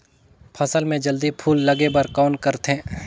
फसल मे जल्दी फूल लगे बर कौन करथे?